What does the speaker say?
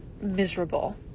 miserable